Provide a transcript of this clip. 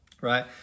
right